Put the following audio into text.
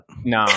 No